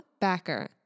Backer